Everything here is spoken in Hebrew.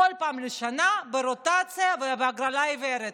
כל פעם לשנה, ברוטציה, בהגרלה עיוורת,